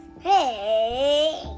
Hey